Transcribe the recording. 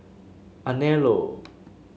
Anello